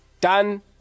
Done